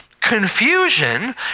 confusion